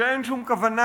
שאין שום כוונה